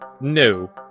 no